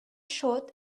short